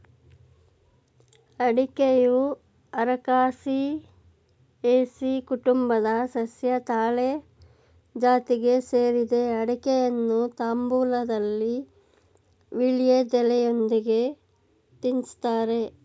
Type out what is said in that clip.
ಅಡಿಕೆಯು arecaceae ಕುಟುಂಬದ ಸಸ್ಯ ತಾಳೆ ಜಾತಿಗೆ ಸೇರಿದೆ ಅಡಿಕೆಯನ್ನು ತಾಂಬೂಲದಲ್ಲಿ ವೀಳ್ಯದೆಲೆಯೊಂದಿಗೆ ತಿನ್ತಾರೆ